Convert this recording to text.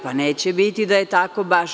Pa neće biti da je tako baš.